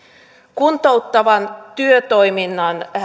kuntouttavan työtoiminnan